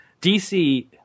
dc